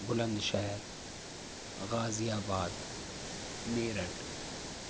بلند شہر غازی آباد میرٹھ